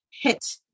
hit